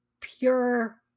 pure